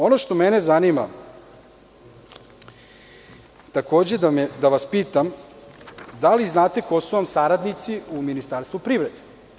Ono što mene zanima da vas pitam jeste da li znate ko su vam saradnici u Ministarstvu privrede?